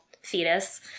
fetus